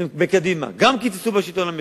קדימה, גם קיצצו בשלטון המקומי.